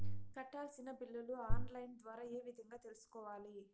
కట్టాల్సిన బిల్లులు online ద్వారా ఏ విధంగా తెలుసుకోవాలి?